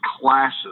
classes